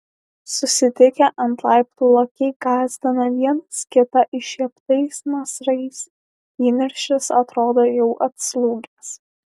susitikę ant laiptų lokiai gąsdina vienas kitą iššieptais nasrais įniršis atrodo jau atslūgęs